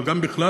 אבל גם בכלל,